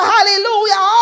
Hallelujah